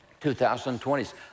2020s